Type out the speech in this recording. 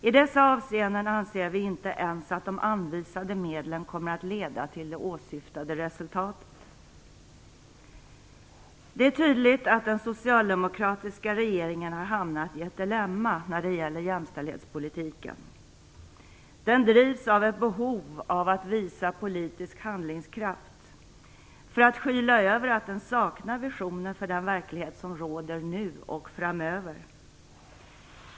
I dessa avseenden anser vi inte ens att de anvisade medlen kommer att leda till det åsyftade resultatet. Det är tydligt att den socialdemokratiska regeringen har hamnat i ett dilemma när det gäller jämställdhetspolitiken. Den drivs av ett behov av att visa politisk handlingskraft för att skyla över att den saknar visioner för den verklighet som råder nu och framöver.